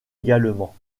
également